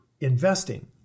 investing